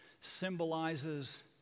symbolizes